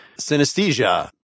synesthesia